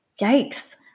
Yikes